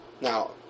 Now